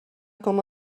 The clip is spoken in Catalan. com